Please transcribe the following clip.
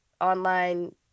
online